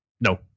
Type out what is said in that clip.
No